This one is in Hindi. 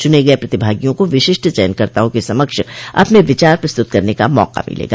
चुने गए प्रतिभागियों को विशिष्ट चयनकर्ताओं के समक्ष अपने विचार प्रस्तुत करने का मौका मिलेगा